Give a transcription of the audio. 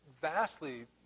vastly